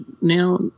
now